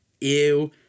ew